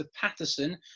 Patterson